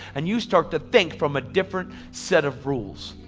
and you start to think from a different set of rules.